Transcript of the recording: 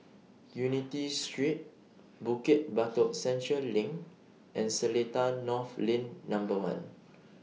Unity Street Bukit Batok Central LINK and Seletar North Lane Number one